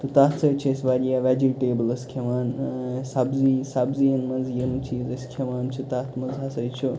تہٕ تَتھ سۭتۍ چھِ أسۍ واریاہ ویٚجِٹیبلٕز کھیٚوان اۭں سبزی سبزیَن منٛز یِم چیٖز أسۍ کھیٚوان چھِ تَتھ منٛز ہسا چھُ